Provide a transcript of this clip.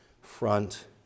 front